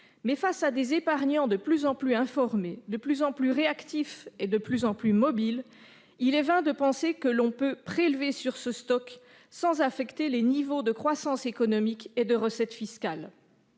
mais face à des épargnants de plus en plus informés, de plus en plus réactifs et de plus en plus mobiles, il est vain de penser que l'on peut prélever sur ce stock sans affecter les niveaux de croissance économique et de recettes fiscales.